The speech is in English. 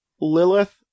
Lilith